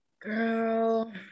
girl